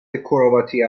کرواتی